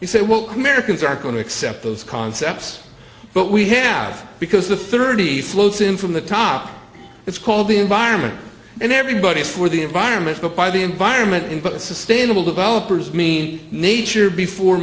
he said well clear can start going to accept those concepts but we have because the thirty floats in from the top it's called the environment and everybody for the environment by the environment input sustainable developers mean nature before